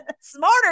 smarter